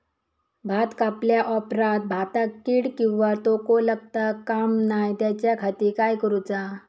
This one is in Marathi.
भात कापल्या ऑप्रात भाताक कीड किंवा तोको लगता काम नाय त्याच्या खाती काय करुचा?